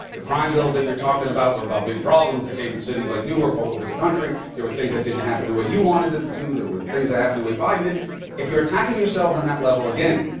the crime bills that you're talking about were about big problems that came from cities like newark all over the country. there were things that didn't happen the way you wanted them to. there were things that happened the way biden didn't if you're attacking yourselves on that level, again,